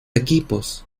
equipos